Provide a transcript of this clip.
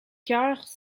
chœurs